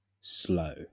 slow